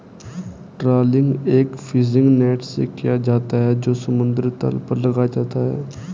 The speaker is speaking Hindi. ट्रॉलिंग एक फिशिंग नेट से किया जाता है जो समुद्र तल पर लगाया जाता है